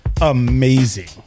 amazing